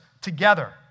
together